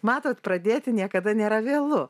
matot pradėti niekada nėra vėlu